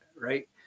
Right